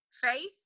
Face